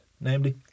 Namely